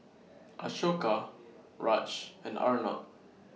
Ashoka Raj and Arnab